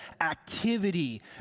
activity